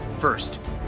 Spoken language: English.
First